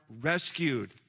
rescued